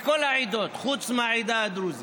מכל העדות, חוץ מהעדה הדרוזית.